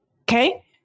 Okay